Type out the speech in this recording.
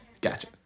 Gotcha